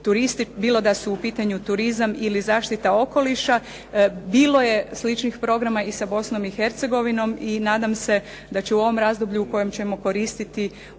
turisti, bilo da su u pitanju turizam ili zaštita okoliša. Bilo je sličnih programa i sa Bosnom i Hercegovinom. I nadam se da će u ovom razdoblju u kojem ćemo koristiti